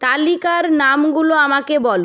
তালিকার নামগুলো আমাকে বল